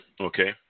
Okay